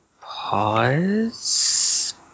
pause